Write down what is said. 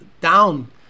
down